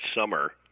summer